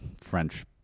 French